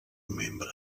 membre